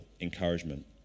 encouragement